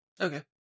Okay